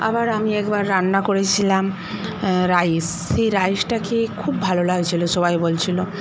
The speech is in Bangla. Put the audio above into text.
আবার আমি একবার রান্না করেছিলাম রাইস সেই রাইসটা খেয়ে খুব ভালো লাগছিল সবাই বলছিল